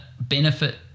benefit